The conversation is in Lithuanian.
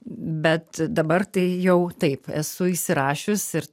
bet dabar tai jau taip esu įsirašius ir